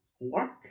Work